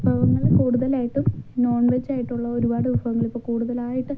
വിഭവങ്ങൾ കൂടുതലായിട്ടും non veg ആയിട്ടുള്ള ഒരുപാട് വിഭവങ്ങളിപ്പം കൂടുതലായിട്ട്